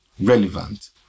Relevant